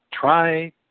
try